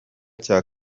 cya